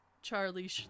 Charlie